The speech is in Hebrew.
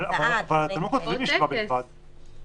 אבל אתם לא כותבים ישיבה בלבד.